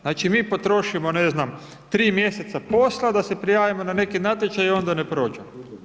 Znači, mi potrošimo, ne znam, tri mjeseca posla da se prijavimo na neki natječaj i onda ne prođemo.